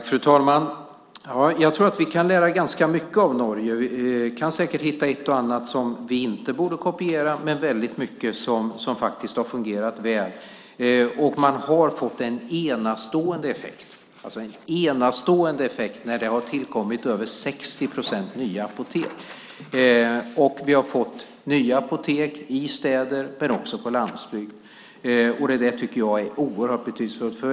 Fru ålderspresident! Jag tror att vi kan lära ganska mycket av Norge. Vi kan säkert hitta ett och annat som vi inte borde kopiera men väldigt mycket som faktiskt har fungerat väl. Man har fått en enastående effekt när det har tillkommit över 60 procent nya apotek. Man har fått nya apotek i städer men också på landsbygd. Det tycker jag är oerhört betydelsefullt.